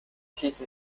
peace